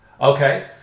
Okay